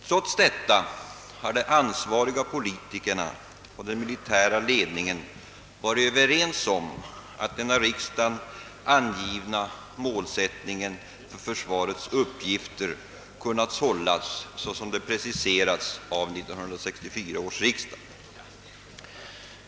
Trots detta har de ansvariga politikerna och den militära ledningen varit överens om att den av riksdagen angivna målsättningen för försvarets uppgifter kunnat hållas så som den preciserats av 1964 års riksdag.